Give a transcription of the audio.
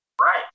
Right